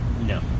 No